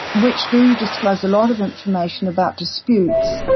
which do disclose a lot of information about disputes,